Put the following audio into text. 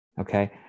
Okay